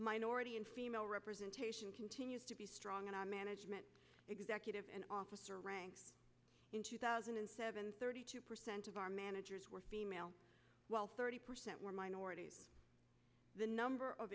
minority and female representation continues to be strong in our management executive and officer ranks in two thousand and seven thirty two percent of our managers were female while thirty percent were minorities the number of